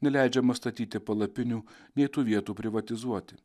neleidžiama statyti palapinių nei tų vietų privatizuoti